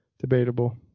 Debatable